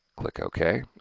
click ok,